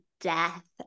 death